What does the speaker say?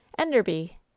Enderby